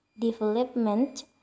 development